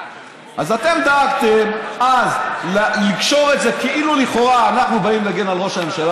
אז אתם דאגתם לקשור את זה כאילו לכאורה אנחנו באים להגן על ראש הממשלה,